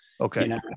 Okay